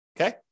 Okay